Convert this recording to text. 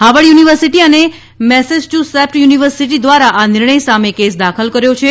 Harvard university અને Massachusetts university દ્વારા આ નિર્ણય સામે કેસ દાખલ કર્યો હતો